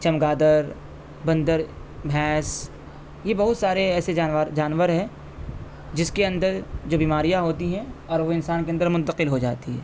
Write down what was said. چمگادڑ بندر بھینس یہ بہت سارے ایسے جانور جانور ہے جس کے اندر جو بیماریاں ہوتی ہیں اور وہ انسان کے اندر منتقل ہو جاتی ہیں